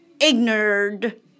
ignored